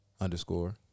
underscore